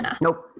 Nope